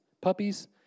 puppies